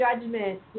judgment